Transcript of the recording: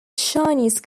chinese